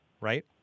right